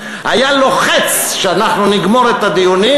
היה לוחץ שאנחנו נגמור את הדיונים,